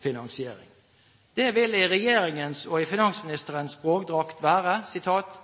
finansiering. Det vil i regjeringens og finansministerens språkdrakt være